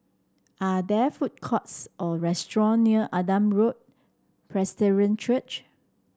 are there food courts or restaurant near Adam Road Presbyterian Church